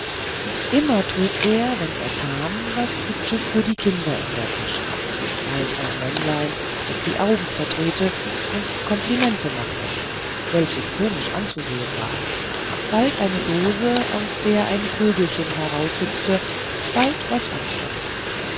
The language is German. immer trug er wenn er kam was hübsches für die kinder in der tasche bald ein männlein das die augen verdrehte und komplimente machte welches komisch anzusehen war bald eine dose aus der ein vögelchen heraushüpfte bald was anderes